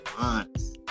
months